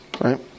Right